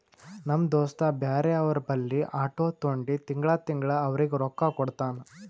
ನಮ್ ದೋಸ್ತ ಬ್ಯಾರೆ ಅವ್ರ ಬಲ್ಲಿ ಆಟೋ ತೊಂಡಿ ತಿಂಗಳಾ ತಿಂಗಳಾ ಅವ್ರಿಗ್ ರೊಕ್ಕಾ ಕೊಡ್ತಾನ್